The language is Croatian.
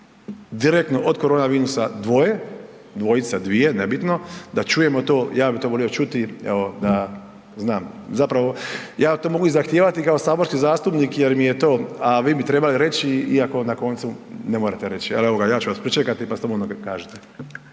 direktno od korona virusa dvoje, dvojica, dvije nebitno, da čujemo, ja bih to volio čuti evo da znam. Zapravo ja to mogu i zahtijevati kao saborski zastupnik jer mi je to, a vi bi trebali reći, iako na koncu ne morate reći. Ali evo ja ću vas pričekati pa slobodno kažite.